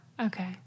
Okay